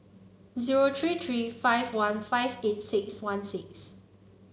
zero three three five one five eight six one six